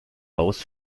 aus